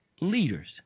leaders